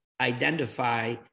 identify